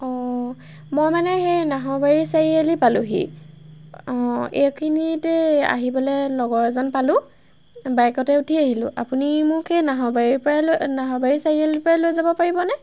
অঁ মই মানে সেই নাহৰবাৰী চাৰিআলি পালোঁহি অঁ এইখিনিতে আহিবলৈ লগৰ এজন পালোঁ বাইকতে উঠি আহিলোঁ আপুনি মোক এই নাহবাৰীৰ পৰাই লৈ নাহবাৰী চাৰিআলিৰ পৰাই লৈ যাব পাৰিবনে